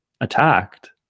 attacked